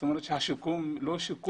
כנראה שהשיקום הוא לא שיקום.